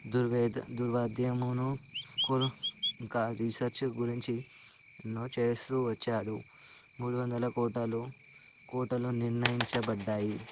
దుర్వేద దుర్వార్థమును ఇంకా రీసెర్చ్ గురించి ఎన్నో చేస్తూ వచ్చాడు మూడు వందల కోటలో కోటలో నిర్ణయించబడ్డాయి